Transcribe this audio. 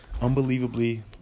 unbelievably